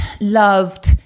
loved